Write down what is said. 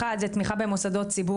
המסלול הראשון הוא תמיכה במוסדות ציבור